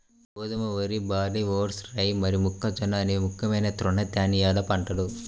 గోధుమ, వరి, barley, oats, rye మరియు మొక్కజొన్న అనేవి ముఖ్యమైన తృణధాన్యాల పంటలు